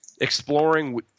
exploring